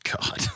god